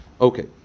Okay